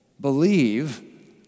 believe